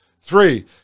three